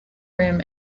rim